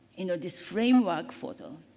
you know this framework photo.